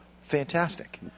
fantastic